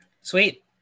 sweet